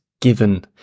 given